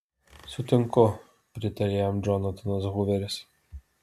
sutinku pritarė jam džonatanas huveris